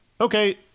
Okay